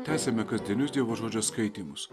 tęsiame kasdienius dievo žodžio skaitymus